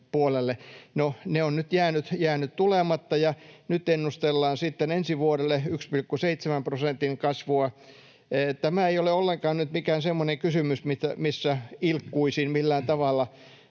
ne ovat nyt jääneet tulematta, ja nyt ennustellaan ensi vuodelle 1,7 prosentin kasvua. Tämä ei ole ollenkaan nyt mikään semmoinen kysymys, missä ilkkuisin millään tavalla